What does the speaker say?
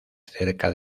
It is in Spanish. cerca